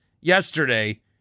yesterday